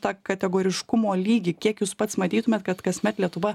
tą kategoriškumo lygį kiek jūs pats matytumėt kad kasmet lietuva